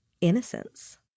innocence